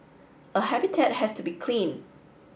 a habitat has to be clean